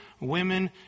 women